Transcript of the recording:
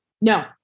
No